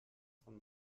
von